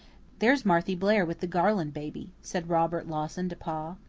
there's marthy blair with the garland baby, said robert lawson to pa.